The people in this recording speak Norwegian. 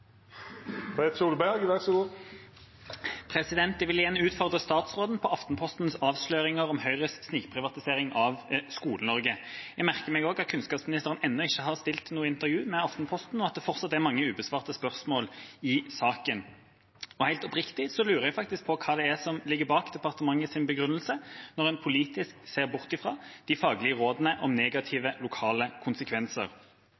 Jeg vil igjen utfordre statsråden på Aftenpostens avsløringer om Høyres snikprivatisering av Skole-Norge. Jeg merker meg også at kunnskapsministeren ennå ikke har stilt til noe intervju med Aftenposten, og at det fortsatt er mange ubesvarte spørsmål i saken. Helt oppriktig lurer jeg faktisk på hva det er som ligger bak departementets begrunnelse når en politisk ser bort fra de faglige rådene om